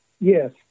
Yes